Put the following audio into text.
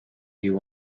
you